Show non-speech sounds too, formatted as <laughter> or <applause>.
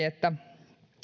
<unintelligible> että